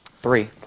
Three